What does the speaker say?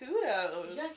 kudos